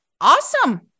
Awesome